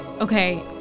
Okay